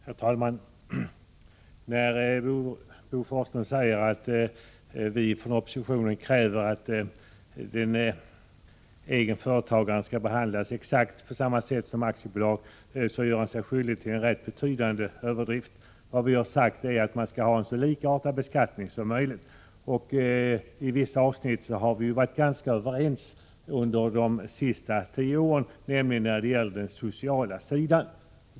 Herr talman! När Bo Forslund säger att vi från oppositionen kräver att egenföretagare skall behandlas på exakt samma sätt som aktiebolag gör han sig skyldig till en rätt betydande överdrift. Vad vi har sagt är att man skall ha en så likartad beskattning som möjligt. I vissa avsnitt har vi varit ganska överens under de senaste tio åren, nämligen i fråga om den sociala sidan.